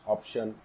Option